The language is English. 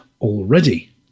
already